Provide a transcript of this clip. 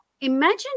Imagine